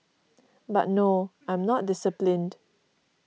but no I'm not disciplined